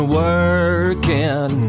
working